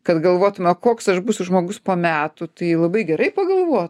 kad galvotume koks aš būsiu žmogus po metų tai labai gerai pagalvo